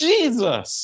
Jesus